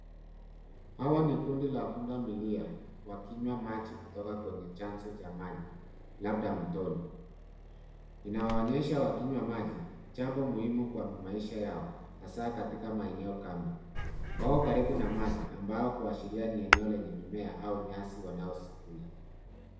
Hawa ni kundi la Punda milia wakinywa majikutoka kwenye chanzo cha maji labda mtoni , inawaonyesha wakinywa maji jambo muhimu kwa maisha yao hasa katika maeneo kame wako karibu na maji au kuashiria ni eneo lenye mimea au nyasi wanazozikula.